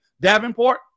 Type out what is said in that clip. Davenport